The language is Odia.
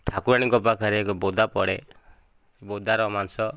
ଠାକୁରାଣୀଙ୍କ ପାଖରେ ଏକ ବୋଦା ପଡ଼େ ବୋଦାର ମାଂସ